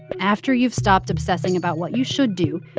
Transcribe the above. after you've stopped obsessing about what you should do,